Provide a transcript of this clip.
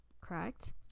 Correct